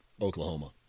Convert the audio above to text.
Oklahoma